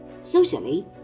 Socially